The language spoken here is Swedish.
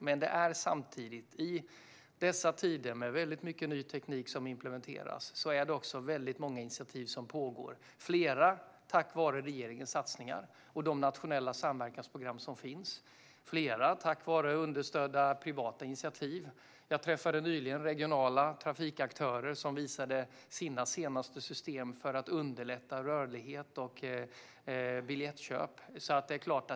Men i dessa tider med mycket ny teknik som implementeras är det samtidigt många initiativ som pågår - flera tack vare regeringens satsningar och de nationella samverkansprogram som finns och flera tack vare understödda privata initiativ. Jag träffade nyligen regionala trafikaktörer som visade sina senaste system för att underlätta rörlighet och biljettköp.